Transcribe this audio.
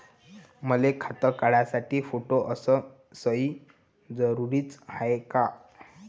मले खातं काढासाठी फोटो अस सयी जरुरीची हाय का?